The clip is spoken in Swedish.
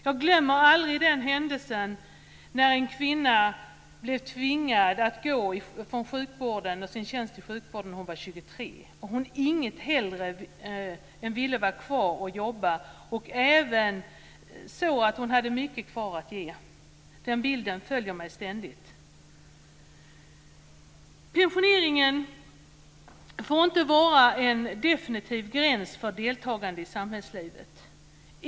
Jag glömmer aldrig en händelse när en kvinna blev tvingad att avgå från sin tjänst i sjukvården vid 23 års ålder trots att hon inget hellre ville än vara kvar i arbete och trots att hon hade mycket kvar att ge. Den bilden följer mig ständigt. Pensioneringen får inte sätta en definitiv gräns för deltagande i samhällslivet.